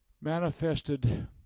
manifested